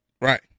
Right